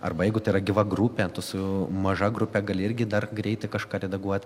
arba jeigu tai yra gyva grupė su maža grupe gali irgi dar greitai kažką redaguot